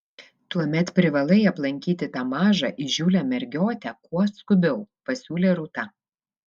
tuomet privalai aplankyti tą mažą įžūlią mergiotę kuo skubiau pasiūlė rūta